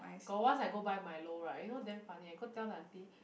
got once I go buy milo right you know damn funny I go tell the aunty